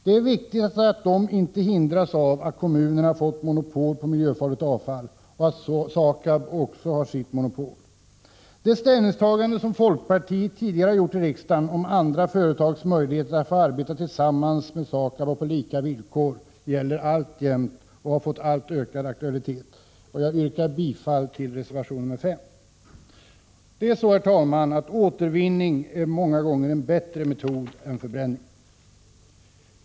Det är viktigt att de inte hindras av att kommunerna fått monopol på miljöfarligt avfall och att SAKAB också har sitt monopol. Det ställningstagande som folkpartiet tidigare gjort i riksdagen om andra företags möjligheter att få arbeta tillsammans med SAKAB på lika villkor gäller alltjämt och har fått ökad aktualitet. Jag yrkar bifall till reservation 5. Återvinning är många gånger en bättre metod än förbränning.